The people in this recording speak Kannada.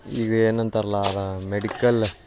ಇದು ಏನಂತಾರಲ್ಲ ಮೆಡಿಕಲ